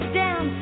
down